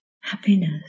happiness